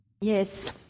Yes